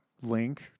link